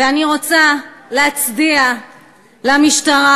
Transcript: ואני רוצה להצדיע למשטרה,